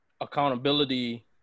accountability